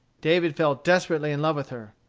david fell desperately in love with her.